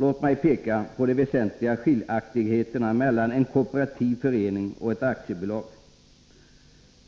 Låt mig peka på de väsentliga skiljaktigheterna mellan en kooperativ förening och ett aktiebolag.